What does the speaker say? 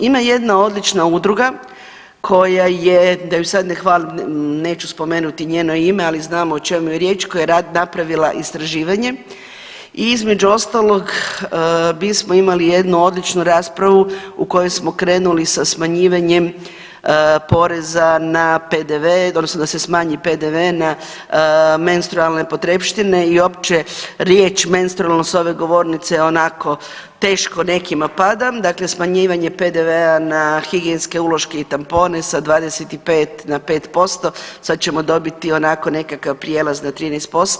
Ima jedna odlična udruga koja je da ju sad ne hvalim, neću spomenuti njeno ime, ali znamo o čemu je riječ koja je napravila istraživanje i između ostalog mi smo imali jednu odličnu raspravu u kojoj smo krenuli sa smanjivanjem poreza na PDV odnosno da se smanji PDV na menstrualne potrepštine i opće riječ menstrualno s ove govornice je onako teško nekima pada, dakle smanjivanje PDV-a na higijenske uloške i tampone sa 25 na 5%, sad ćemo dobiti onako nekakav prijelaz na 13%